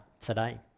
today